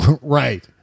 Right